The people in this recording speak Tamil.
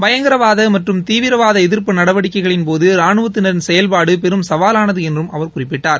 பயங்கரவாத மற்றம் தீவிரவாத எதிர்ப்பு நடவடிக்கைகளின்போது ரானுவத்தினரின் செயல்பாடு பெரும் சவானது என்றும் அவர் குறிப்பிட்டார்